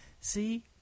see